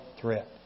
threat